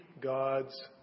God's